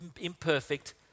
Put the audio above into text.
imperfect